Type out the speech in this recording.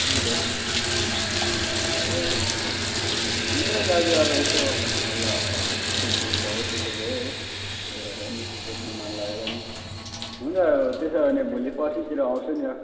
त्यही त हो त्यति खाएँ हो हुन्छ दाजु अब एसो सल्लाह अब के के भयो कसो भयो हो त्यो भएर नि सोध्नु मन लागेर नि हुन्छ अब त्यसो हो भने भोलि पर्सीतिर आउँछु नि